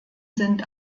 sind